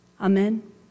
Amen